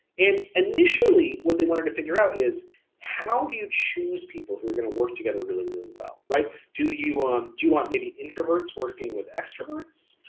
and initially what they wanted to figure out is how you choose people who are gonna work together really really well, right? do you um do you want maybe introverts working with extroverts,